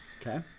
Okay